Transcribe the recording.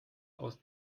aus